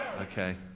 Okay